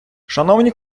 шановні